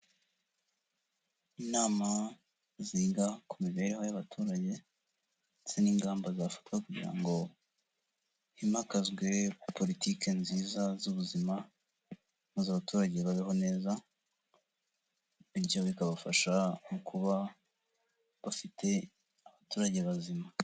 Inama ziga ku mibereho y'abaturage, ndetse n'ingamba zafatwa kugira ngo himakazwe politike nziza z'ubuzima, maze abaturage babeho neza, bityo bikabafasha mu kuba, bafite abaturage bazima.